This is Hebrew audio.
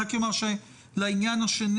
אני רק אומר שלעניין השני,